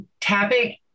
tapping